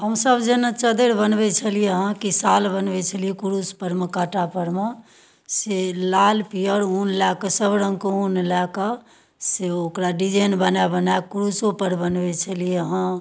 हमसब जेना चाद्दरि बनबै छलियै हँ कि सॉल बनबै छलियै हँ कुरुशपर मे काँटापर मे से लाल पियर उन लए कऽ सब रङ्गके उन लए कऽ से ओकरा डिजाइन बना बनाकऽ कुरुशोपर बनबै छलियै हँ